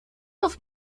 auf